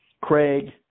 Craig